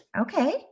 Okay